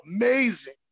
amazing